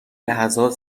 لحظات